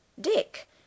dick